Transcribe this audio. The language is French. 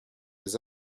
des